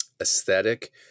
aesthetic